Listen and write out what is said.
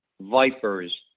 Vipers